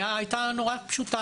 הוא דבר מאוד פשוט: